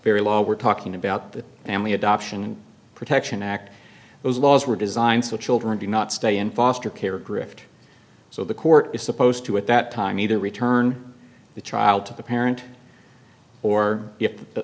very law we're talking about the family adoption protection act those laws were designed so children do not stay in foster care or grifter so the court is supposed to at that time either return the child to the parent or if the